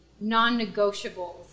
non-negotiables